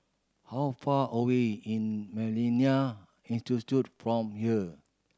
how far away in Millennia Institute from here